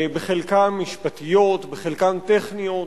בחלקן משפטיות, בחלקן טכניות.